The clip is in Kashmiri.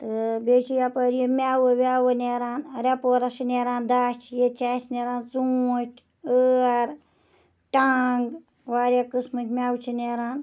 تہٕ بیٚیہِ چھُ یَپٲرۍ یہِ میٚوٕ ویٚوٕ نیران ریہ پورَس چھُ نیران دَچھ ییٚتہِ چھِ اَسہِ نیران ژونٛٹھۍ ٲر ٹَنٛگ واریاہ قٕسمٕک میوٕ چھِ نیران